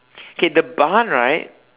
okay the barn right